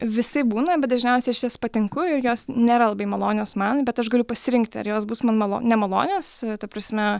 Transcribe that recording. visaip būna bet dažniausiai aš į jas patinku ir jos nėra labai malonios man bet aš galiu pasirinkti ar jos bus malo nemalonios ta prasme